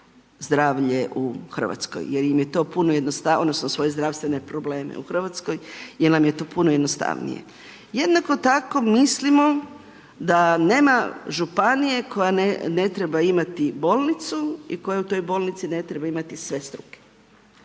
zdravlje u Hrvatskoj jer im je to puno jednostavnije, odnosno svoje zdravstvene probleme u Hrvatskoj, jer nam je to puno jednostavnije. Jednako tako mislimo da nema županije koja ne treba imati bolnicu i koja u toj bolnici ne treba imati sve struke.